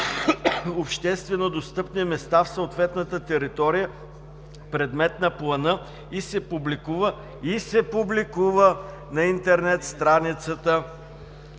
обществено достъпни места в съответната територия, предмет на плана, и се публикува на интернет страницата